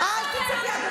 אתם הקואליציה,